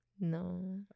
No